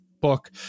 book